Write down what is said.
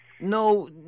no